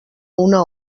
una